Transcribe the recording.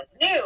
new